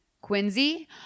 quincy